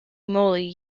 moly